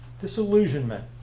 Disillusionment